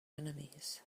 enemies